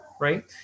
right